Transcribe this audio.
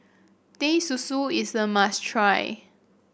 Teh Susu is a must try